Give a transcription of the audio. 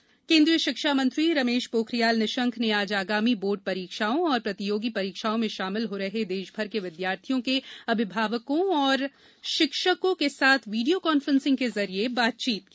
पोखरियाल विद्यार्थी शिक्षा मंत्री रमेश पोखरियाल निशंक ने आज आगामी बोर्ड परीक्षाओं और प्रतियोगिता परीक्षाओं में शामिल हो रहे देशभर के विद्यार्थियों के अभिभावकों और शिक्षकों के साथ वीडियो कॉन्फ्रेंसिंग के जरिए बातचीत की